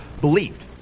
believed